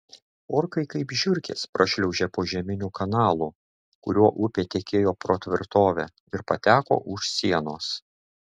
orkai kaip žiurkės prašliaužė požeminiu kanalu kuriuo upė tekėjo pro tvirtovę ir pateko už sienos